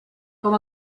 com